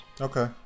Okay